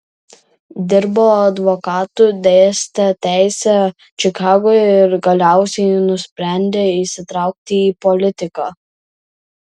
dirbo advokatu dėstė teisę čikagoje ir galiausiai nusprendė įsitraukti į politiką